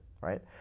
right